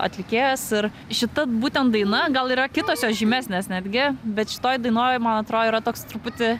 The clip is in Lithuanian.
atlikėjas ir šita būtent daina gal yra kitos jos žymesnės netgi bet šitoj dainoj man atro yra toks truputį